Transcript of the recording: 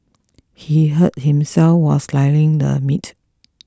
he hurt himself while slicing the meat